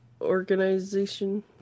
organization